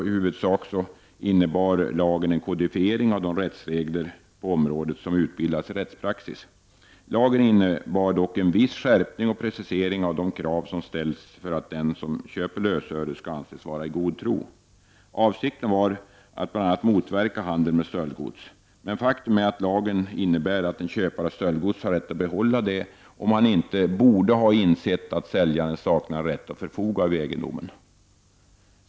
I huvudsak innebar den nya lagen en kodifiering av de rättsregler på området som utbildats i rättspraxis. Lagen innebar dock en viss skärpning och precisering av de krav som ställs för att den som köper lösöre skall anses vara i god tro. Avsikten var att bl.a. motverka handeln med stöldgods. Men faktum är att lagen innebär att en köpare av stöldgods har rätt att behålla detta om han inte borde ha insett att säljaren saknade rätt att förfoga över egendomen.